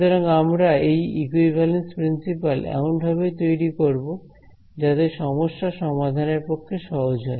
সুতরাং আমরা এই ইকুইভ্যালেন্স প্রিন্সিপাল এমনভাবে তৈরি করব যাতে সমস্যা সমাধানের পক্ষে সহজ হয়